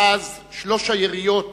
מאז שלוש היריות,